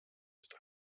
ist